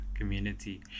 community